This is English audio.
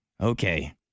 Okay